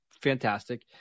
Fantastic